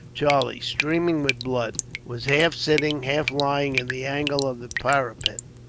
charlie, streaming with blood, was half sitting, half lying in the angle of the parapet.